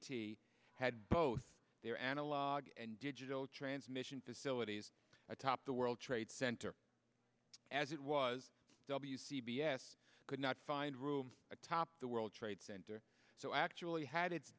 t had both their analog and digital transmission facilities atop the world trade center as it was w c b s could not find room atop the world trade center so actually had it